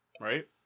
Right